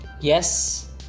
Yes